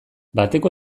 bateko